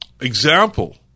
example